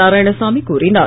நாராயணசாமி கூறினார்